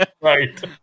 right